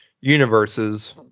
universes